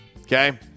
okay